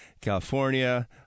California